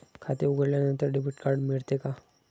खाते उघडल्यानंतर debit card मिळते का?